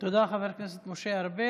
תודה, חבר הכנסת משה ארבל.